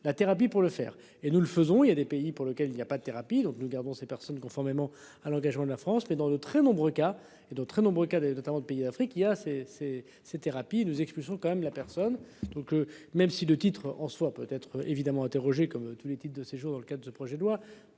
la thérapie pour le faire et nous le faisons. Il y a des pays pour lesquels il n'y a pas de thérapie, donc nous garderons ces personnes conformément à l'engagement de la France, mais dans de très nombreux cas, et de très nombreux cas notamment de pays d'Afrique, il y a c'est c'est ces thérapies nous expulsons quand même la personne donc même si le titre en soit peut être évidemment interrogé comme tous les titres de séjour dans le cas de ce projet de loi.